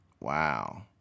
Wow